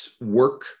work